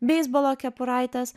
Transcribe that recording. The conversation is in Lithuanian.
beisbolo kepuraitės